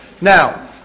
Now